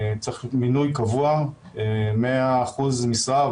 צריך מינוי קבוע, מאה אחוז משרה.